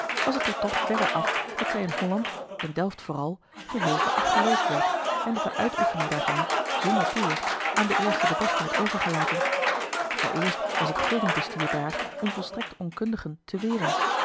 was het er toch verre af dat zij in holland in delft vooral geheel verachteloosd werd en dat de uitoefening daarvan zonder toezicht aan den eerste den beste werd overgelaten vooreerst was het gildenbestuur daar om volstrekt onkundigen te weren